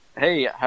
Hey